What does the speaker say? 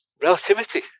relativity